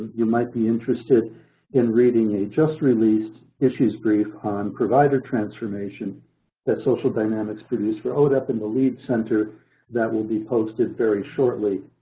you might be interested in reading a just-released issues brief on provider transformation that social dynamics produce were owed up in the lead center that will be posted very shortly